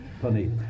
funny